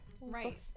Right